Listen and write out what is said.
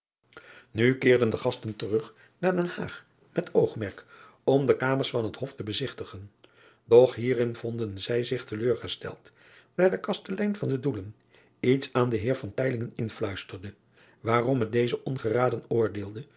u keerden de gasten terug naar den aag met oogmerk om de kamers van het of te bezigtigen doch hierin vonden zij zich te leur gesteld daar de kastelein van den oelen iets aan den eer influisterde waarom het deze ongeraden oordeelde